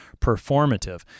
performative